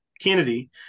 Kennedy